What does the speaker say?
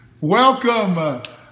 Welcome